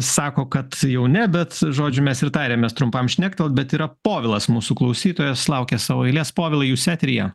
sako kad jau ne bet žodžiu mes ir tarėmės trumpam šnektelt bet yra povilas mūsų klausytojas laukia savo eilės povilai jūs eteryje